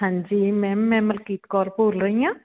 ਹਾਂਜੀ ਮੈਮ ਮੈਂ ਮਲਕੀਤ ਕੌਰ ਬੋਲ ਰਹੀ ਹਾਂ